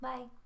Bye